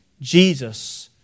Jesus